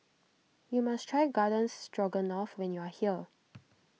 you must try Garden Stroganoff when you are here